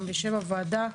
גם בשם הוועדה,